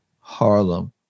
Harlem